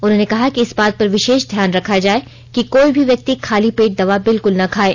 उन्होंने कहा कि इस बात पर विशेष ध्यान रखा जाये कि कोई भी व्यक्ति खाली पेट दवा बिलकुल न खाएं